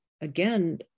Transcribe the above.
again